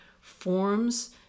forms